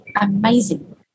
amazing